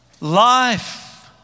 Life